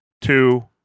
two